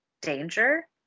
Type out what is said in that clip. danger